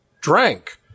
drank